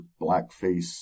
blackface